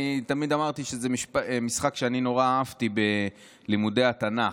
אני תמיד אמרתי שזה משחק שנורא אהבתי בלימודי התנ"ך.